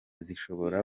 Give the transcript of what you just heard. zishobora